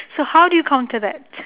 so how do you counter that